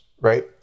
right